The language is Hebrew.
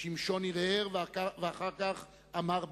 "שמשון הרהר ואחר כך אמר בנחת: